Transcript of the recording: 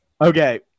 Okay